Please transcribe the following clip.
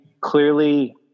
clearly